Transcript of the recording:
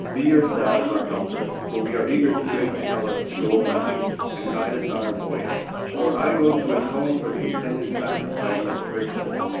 be yourselves our helpers, for we are eager to bring to hellas the golden fleece, and guide us on our voyage, for i go to atone for the intended sacrifice of phrixus,